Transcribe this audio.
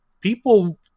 people